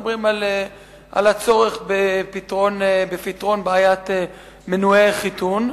מדברים על הצורך בפתרון בעיית מנועי חיתון,